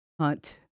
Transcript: hunt